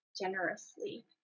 generously